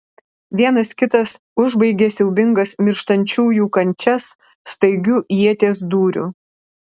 vienas kitas užbaigė siaubingas mirštančiųjų kančias staigiu ieties dūriu